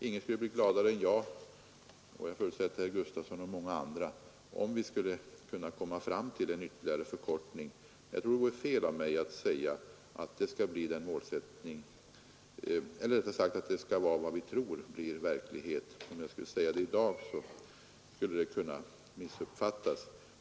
Ingen skulle bli gladare än jag om vi kunde åstadkomma en ytterligare förkortning av tiden, men jag tror att det skulle vara fel av mig att säga i dag att det är vad vi tror blir verklighet. Ett sådant uttalande skulle kunna missuppfattas.